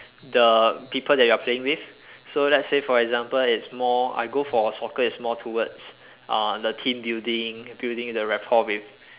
the people that you are playing with so let's say for example it's more I go for soccer is more towards uh the team building building the rapport with